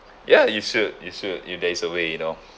ya you should you should you there's a way you know